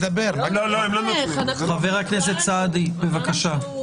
חבר הכנסת סעדי, בבקשה.